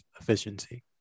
efficiency